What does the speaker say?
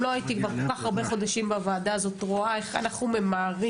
אם לא הייתי כבר כל כך הרבה חודשים בוועדה הזאת רואה איך אנחנו ממהרים,